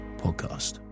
Podcast